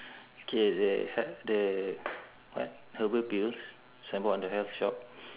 K the her~ the what herbal pills signboard on the health shop